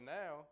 now